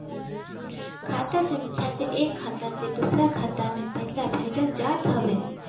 खाता संख्या से एक खाता से दूसरा खाता में पईसा भेजल जात हवे